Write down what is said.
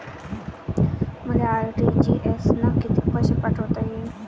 मले आर.टी.जी.एस न कितीक पैसे पाठवता येईन?